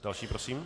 Další prosím.